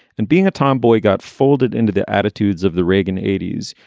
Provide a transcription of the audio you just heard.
and being a tomboy got folded into the attitudes of the reagan eighty s.